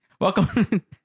Welcome